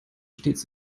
stets